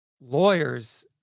lawyers